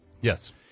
Yes